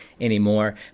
anymore